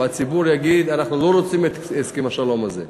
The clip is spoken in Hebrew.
והציבור יגיד: אנחנו לא רוצים את הסכם השלום הזה,